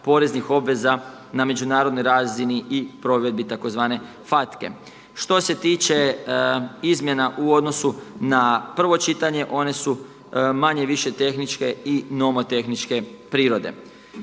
poreznih obveza na međunarodnoj razini i provedbi tzv. FATCA-e. Što se tiče izmjena u odnosu na prvo čitanje one su manje-više tehničke i nomotehničke prirode.